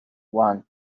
want